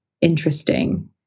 interesting